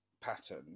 pattern